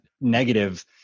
negative